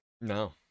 no